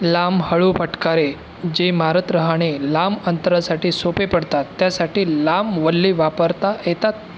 लांब हळू फटकारे जे मारत रहाणे लांब अंतरासाठी सोपे पडतात त्यासाठी लांब वल्ही वापरता येतात